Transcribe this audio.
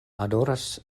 adoras